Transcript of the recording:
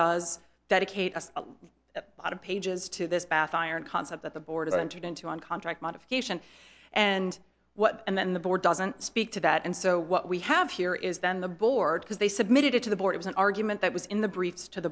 kate a lot of pages to this bath iron concept that the board entered into on contract modification and what and then the board doesn't speak to that and so what we have here is then the board because they submitted it to the board was an argument that was in the briefs to